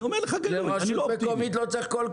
אני אומר לך בגלוי, אני לא אופטימי.